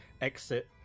exit